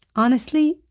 honestly,